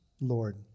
Lord